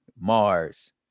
Mars